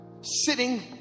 Sitting